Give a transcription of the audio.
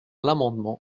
l’amendement